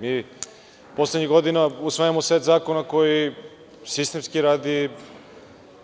Mi poslednjih godina usvajamo set zakona koji sistemski radi